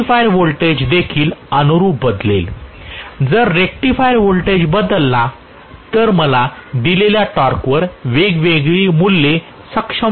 rectifier voltage देखील अनुरुप बदलेल जर रेक्टिफायर व्होल्टेज बदलला तर मला दिलेल्या टॉर्कवर वेगवेगळी मूल्ये सक्षमपणे मिळणार